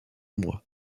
moi